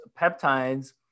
peptides